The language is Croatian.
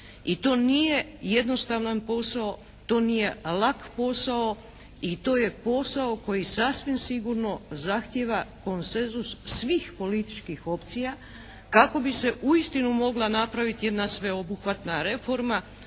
i to nije jednostavan posao, to nije lak posao i to je posao koji sasvim sigurno zahtjeva konsenzus svih političkih opcija kako bi se uistinu mogla napraviti jedna sveobuhvatna reforma